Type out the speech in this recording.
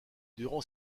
durant